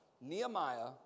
Nehemiah